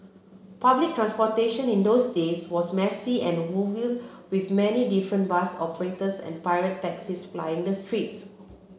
public transportation in those days was messy and woeful with many different bus operators and pirate taxis plying the streets